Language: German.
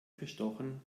bestochen